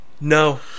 No